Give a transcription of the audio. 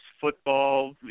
football